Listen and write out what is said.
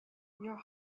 your